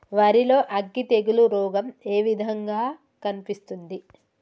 వరి లో అగ్గి తెగులు రోగం ఏ విధంగా కనిపిస్తుంది?